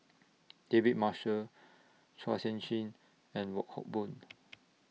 David Marshall Chua Sian Chin and Wong Hock Boon